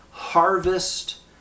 Harvest